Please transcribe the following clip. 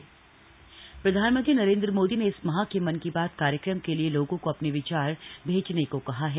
मन की बात प्रधानमंत्री नरेन्द्र मोदी ने इस माह के मन की बात कार्यक्रम के लिए लोगों से अपने विचार भेजने को कहा है